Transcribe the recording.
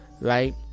right